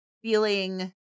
feeling